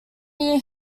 year